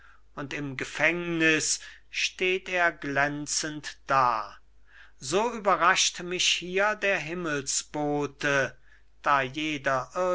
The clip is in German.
und im gefängnis steht er glänzend da so überrascht mich hier der himmelsbote da jeder